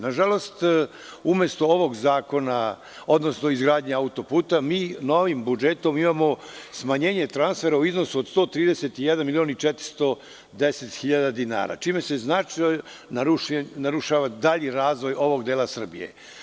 Nažalost, umesto ovog zakona, odnosno izgradnje autoputa, mi novim budžetom imamo smanjenje transfera u iznosu od 131.410.000 dinara, čime se značajno narušava dalji razvoj ovog dela Srbije.